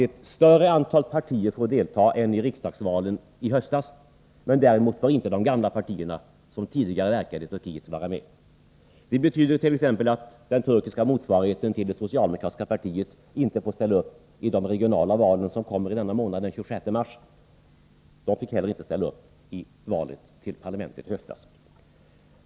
Ett större antal partier får delta än i riksdagsvalen i höstas, men däremot får inte de gamla partierna, som tidigare verkade i Turkiet, vara med. Det betyder t.ex. att den turkiska motsvarigheten till det socialdemokratiska partiet inte får ställa upp i de regionala valen, som skall äga rum denna månad — den 26 mars. Det partiet fick inte heller ställa upp i valet till parlamentet i höstas.